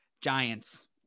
Giants